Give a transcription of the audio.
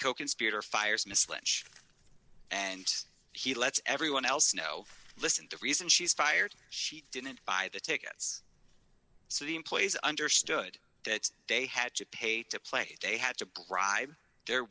coconspirator fires misled and he lets everyone else know listen the reason she's fired she didn't buy the tickets so the employees understood that they had to pay to play they had to bribe their